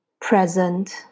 present